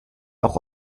auch